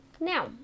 now